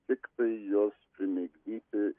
tiktai juos primigdyti